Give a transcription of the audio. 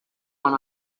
one